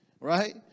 Right